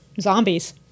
zombies